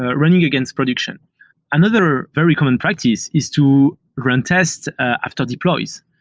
ah running against production another very common practice is to run tests after deploys.